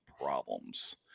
problems